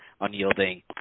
unyielding